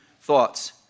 thoughts